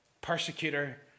persecutor